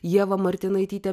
ieva martinaitytė